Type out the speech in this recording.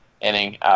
inning